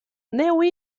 nua